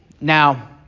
Now